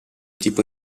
tipo